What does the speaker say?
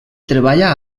treballa